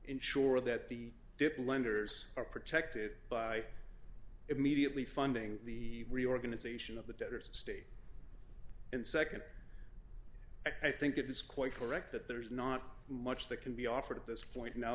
ensure that the dip lenders are protected by immediately funding the reorganization of the debtors state and nd i think it is quite correct that there is not much that can be offered at this point now